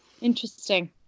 interesting